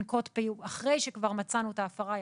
אחרי שכבר מצאנו את ההפרה,